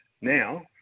Now